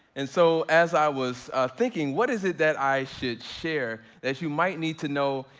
and so, as i was thinking what is it that i should share, that you might need to know.